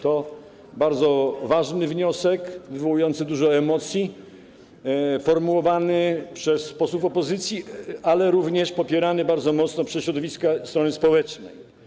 To bardzo ważny wniosek, wywołujący dużo emocji, formułowany przez posłów opozycji, ale również popierany bardzo mocno przez środowiska strony społecznej.